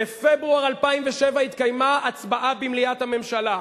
בפברואר 2007 התקיימה הצבעה במליאת הממשלה,